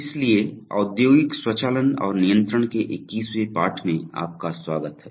इसलिए औद्योगिक स्वचालन और नियंत्रण के 21 वे पाठ में आपका स्वागत है